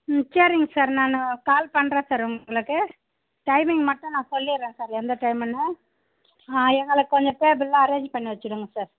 ம் சரிங்க சார் நான் கால் பண்ணுறேன் சார் உங்களுக்கு டைமிங் மட்டும் நான் சொல்லிடுறேன் சார் எந்த டைமுன்னு ஆ எங்களுக்கு கொஞ்சம் டேபிள்லாம் அரேஞ்ச் பண்ணி வெச்சுடுங்க சார்